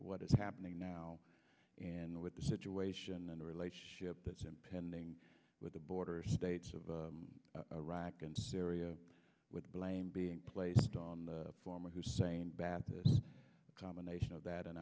what is happening now and with the situation and a relationship that's impending with the border states of iraq and syria with blame being placed on the former hussein bath this combination of that and